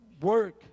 work